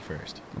first